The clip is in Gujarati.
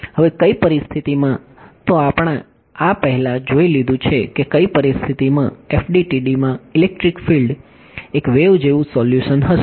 હવે કઈ પરિસ્થિતિમાં તો આપણે આ પહેલા જોઈ લીધું છે કે કઈ પરિસ્થિતિમાં FDTDમાં ઈલેક્ટ્રિક ફિલ્ડ એક વેવ જેવું સોલ્યુશન હશે